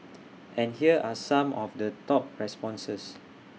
and here are some of the top responses